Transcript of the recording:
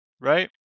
right